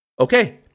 okay